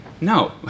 No